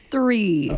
Three